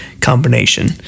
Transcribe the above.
combination